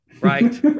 right